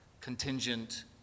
contingent